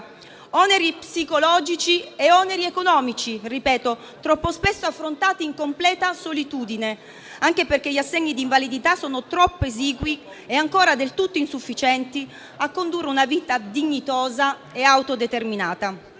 Oneri psicologici ed oneri economici, ripeto, troppo spesso affrontati in completa solitudine, anche perché gli assegni di invalidità sono troppo esigui e ancora del tutto insufficienti a condurre una vita dignitosa e autodeterminata.